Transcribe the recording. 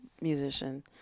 musician